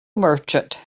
merchant